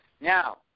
Now